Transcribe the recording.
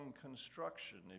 construction